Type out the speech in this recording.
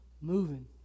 moving